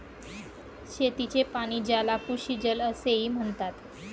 शेतीचे पाणी, ज्याला कृषीजल असेही म्हणतात